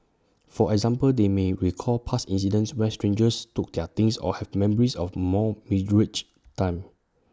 for example they may recall past incidents where strangers took their things or have memories of more meagre times